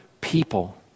people